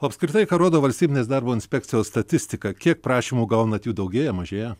o apskritai ką rodo valstybinės darbo inspekcijos statistika kiek prašymų gaunat jų daugėja mažėja